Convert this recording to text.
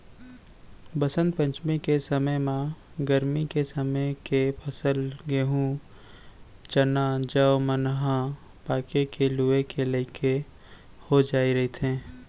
बसंत पंचमी के समे म गरमी के समे के फसल गहूँ, चना, जौ मन ह पाके के लूए के लइक हो जाए रहिथे